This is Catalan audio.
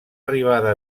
arribada